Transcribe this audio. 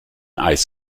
eis